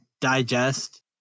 digest